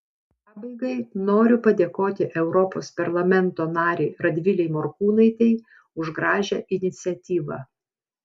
pabaigai noriu padėkoti europos parlamento narei radvilei morkūnaitei už gražią iniciatyvą